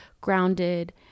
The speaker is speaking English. grounded